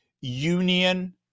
union